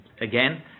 again